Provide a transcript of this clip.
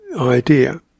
idea